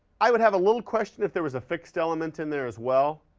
i would have a little question if there was a fixed element in there as well.